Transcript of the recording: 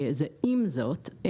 עם זאת,